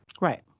right